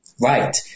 Right